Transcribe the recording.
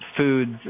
foods